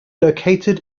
located